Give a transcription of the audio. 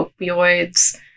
opioids